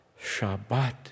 Shabbat